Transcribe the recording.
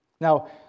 Now